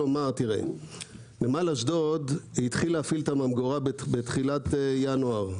נמל אשדוד התחיל בתחילת ינואר להפעיל את הממגורה,